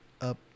up